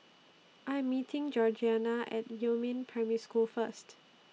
I Am meeting Georgiana At Yumin Primary School First